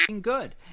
good